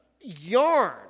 yarn